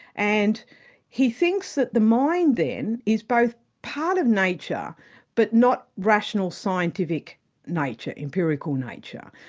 and he thinks that the mind then, is both part of nature but not rational scientific nature, empirical nature.